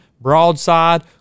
broadside